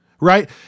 right